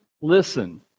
listen